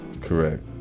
Correct